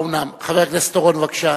חבר הכנסת אורון, בבקשה.